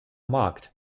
markt